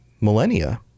millennia